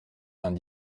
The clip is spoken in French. vingt